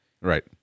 right